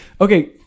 okay